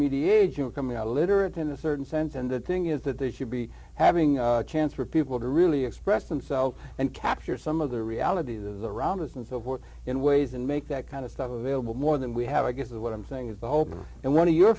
know coming out a literate in a certain sense and the thing is that they should be having a chance for people to really express themselves and capture some of the realities of the roundness and so forth in ways and make that kind of stuff available more than we have i guess what i'm saying is the hope and one of your